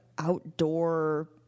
Outdoor